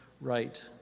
right